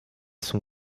son